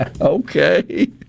Okay